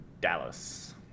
Dallas